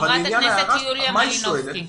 חברת הכנסת יוליה מלינובסקי.